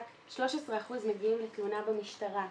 רק 13% יגיעו לתלונה במשטרה,